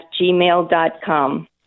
gmail.com